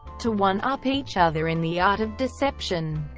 to one-up each other in the art of deception.